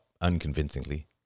unconvincingly